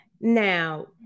Now